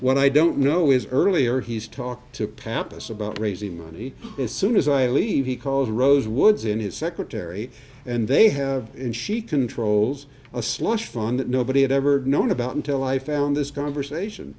what i don't know is earlier he's talked to pappas about raising money as soon as i leave he called rose woods in his secretary and they have and she controls a slush fund that nobody had ever known about until i found this conversation